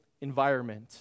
environment